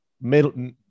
middle